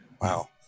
Wow